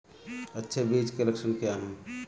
अच्छे बीज के लक्षण क्या हैं?